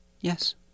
Yes